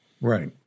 right